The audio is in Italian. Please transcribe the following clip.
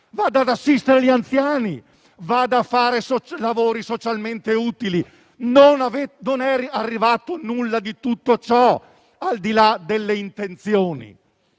ad assistere gli anziani, a fare lavori socialmente utili. Non è accaduto nulla di tutto ciò, al di là delle intenzioni.